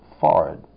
forehead